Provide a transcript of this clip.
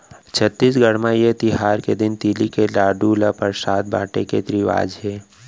छत्तीसगढ़ म ए तिहार के दिन तिली के लाडू ल परसाद बाटे के रिवाज हे